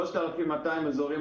3,200 אזורים,